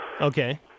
Okay